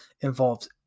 involves